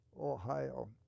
Ohio